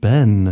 Ben